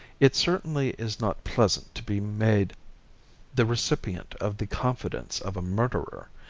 it certainly is not pleasant to be made the recipient of the confidence of a murderer,